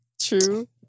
true